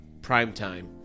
primetime